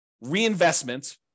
reinvestment